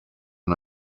and